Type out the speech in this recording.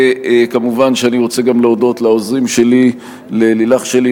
וכמובן שאני רוצה גם להודות לעוזרים שלי: ללילך שלי,